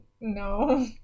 No